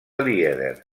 lieder